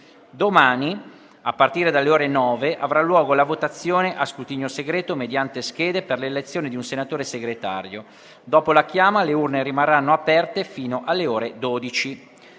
Domani, a partire dalle ore 9, avrà luogo la votazione a scrutinio segreto mediante schede per l'elezione di un senatore Segretario. Dopo la chiama le urne rimarranno aperte fino alle ore 12.